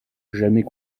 jamais